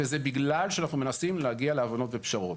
וזה בגלל שאנחנו מנסים להגיע להבנות ופשרות,